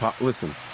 Listen